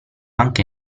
anche